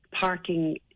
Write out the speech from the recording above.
parking